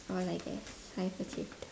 all I guess I've achieved